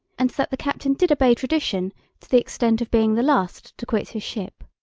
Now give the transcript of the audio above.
and that the captain did obey tradition to the extent of being the last to quit his ship.